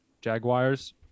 Jaguars